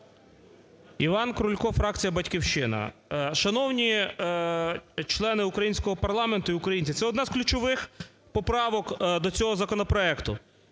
ІванКрулько, фракція "Батьківщина". Шановні члени українського парламенту і українці, це одна з ключових поправок до цього законопроекту.